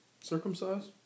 Circumcised